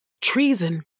Treason